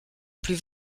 plus